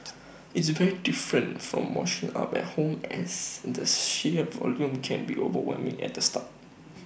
it's very different from washing up at home as the sheer volume can be overwhelming at the start